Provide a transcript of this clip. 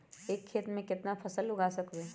एक खेत मे केतना फसल उगाय सकबै?